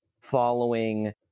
following